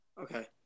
Okay